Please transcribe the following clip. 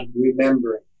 remembering